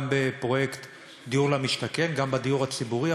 גם בפרויקט דיור למשתכן, גם בדיור הציבורי.